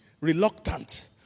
reluctant